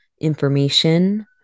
information